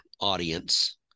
audience